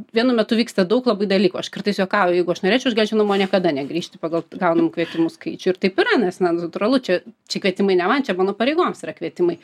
vienu metu vyksta daug labai dalykų aš kartais juokauju jeigu aš norėčiau aš galėčiau namo niekada negrįžti pagal gaunamų kvietimų skaičių ir taip yra nes na natūralu čia čia kvietimai ne man čia mano pareigoms yra kvietimai